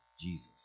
Jesus